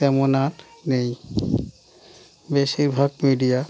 তেমন আর নেই বেশিরভাগ মিডিয়া